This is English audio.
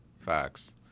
Facts